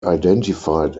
identified